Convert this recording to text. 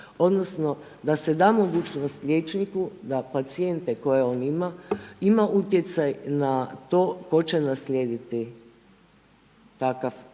odnosno da se da mogućnost liječniku da pacijente koje on ima ima utjecaj na to tko će naslijediti takav